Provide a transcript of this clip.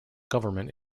government